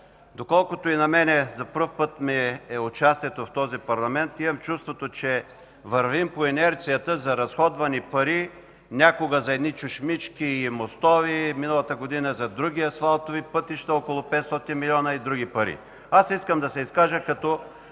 Доколкото и на мен за пръв път ми е участието в този парламент, имам чувството, че вървим по инерцията за разходвани пари – някога за чешмички и мостове, миналата година за други асфалтови пътища – около 500 милиона и други пари. Искам да се изкажа като